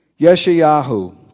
Yeshayahu